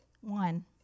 one